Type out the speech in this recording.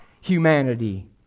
humanity